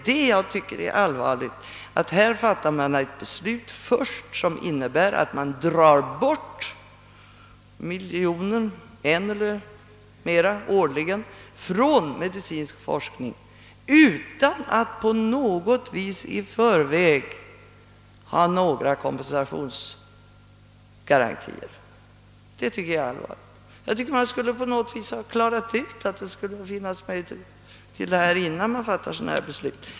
Här fattar man ett beslut, som innebär att man årligen drar bort en miljon eller mer från medicinsk forskning, utan att på något sätt i förväg ha några kompensationsgarantier. Det tycker jag är allvarligt. Man borde på något sätt ha sörjt för att det skulle finnas några möjligheter i detta avseende, innan man fattar ett sådant beslut.